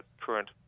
current